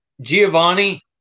Giovanni